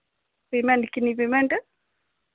payment किन्नी payment